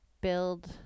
build